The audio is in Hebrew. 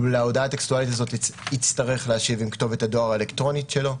להודעה הטקסטואלית הזאת הוא יצטרך להשיב עם כתובת הדואר האלקטרונית שלו,